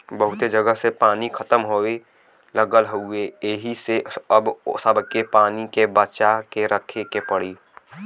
बहुते जगह से पानी खतम होये लगल हउवे एही से अब सबके पानी के बचा के रखे के पड़ी